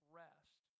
rest